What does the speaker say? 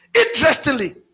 Interestingly